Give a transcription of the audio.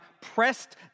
pressed